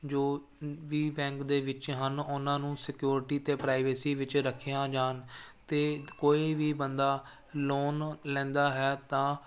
ਜੋ ਵੀ ਬੈਂਕ ਦੇ ਵਿੱਚ ਹਨ ਉਹਨਾਂ ਨੂੰ ਸਿਕਿਉਰਟੀ ਅਤੇ ਪ੍ਰਾਈਵੇਸੀ ਵਿੱਚ ਰੱਖਿਆ ਜਾਣ ਅਤੇ ਕੋਈ ਵੀ ਬੰਦਾ ਲੋਨ ਲੈਂਦਾ ਹੈ ਤਾਂ